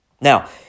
Now